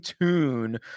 tune